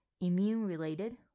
immune-related